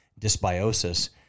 dysbiosis